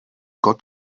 gott